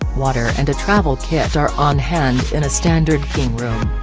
water and a travel kit are on-hand in a standard king room.